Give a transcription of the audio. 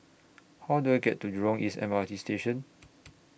How Do I get to Jurong East M R T Station